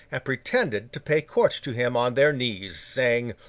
and pretended to pay court to him on their knees, saying,